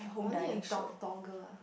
only in dong~ toggle ah